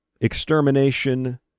Extermination